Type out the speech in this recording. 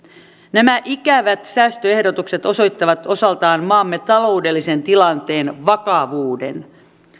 nämä ikävät säästöehdotukset osoittavat osaltaan maamme taloudellisen tilanteen vakavuuden